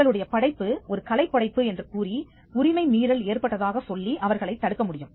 உங்களுடைய படைப்பு ஒரு கலைப்படைப்பு என்று கூறி உரிமை மீறல் ஏற்பட்டதாகச் சொல்லி அவர்களைத் தடுக்க முடியும்